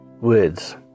words